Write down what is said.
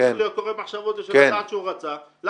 לא צריך להיות קורא מחשבות בשביל לדעת שהוא רצה.